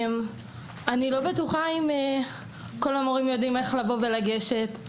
אני לא בטוחה אם כל המורים יודעים לבוא ולגשת.